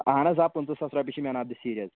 اَہَن حظ آ پٕنٛژٕ ساس رۄپیہِ چھِ مین آف دَ سیٖریٖز